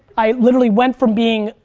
i literally went from being,